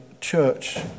church